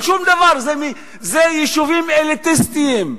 אלה יישובים אליטיסטיים,